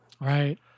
Right